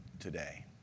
today